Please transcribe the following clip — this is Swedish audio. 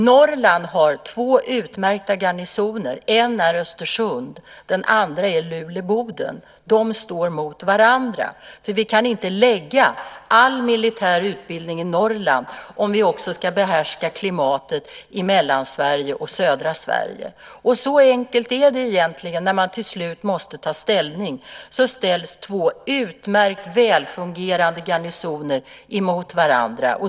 Norrland har två utmärkta garnisoner, en i Östersund, den andra i Luleå/Boden. De står mot varandra. Vi kan inte lägga all militär utbildning i Norrland om vi också ska behärska klimatet i Mellansverige och södra Sverige. Så enkelt är det egentligen. När man till slut måste ta ställning ställs två utmärkt välfungerande garnisoner mot varandra.